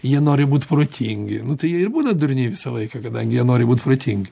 jie nori būt protingi tai jie ir būna durni visą laiką kadangi jie nori būt protingi